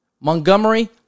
Montgomery